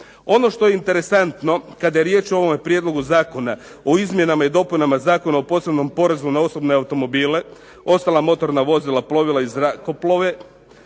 Ono što je interesantno kada je riječ o ovome Prijedlogu zakona o izmjenama i dopunama Zakona o posebnom porezu na osobne automobile, ostala motorna vozila, plovila i zrakoplove